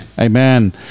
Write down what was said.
Amen